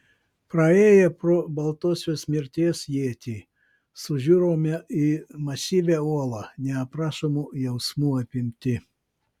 praėję pro baltosios mirties ietį sužiurome į masyvią uolą neaprašomų jausmų apimti